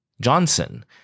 Johnson